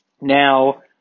now